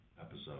episode